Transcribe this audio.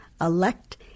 Elect